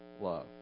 love